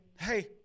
hey